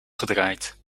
gedraaid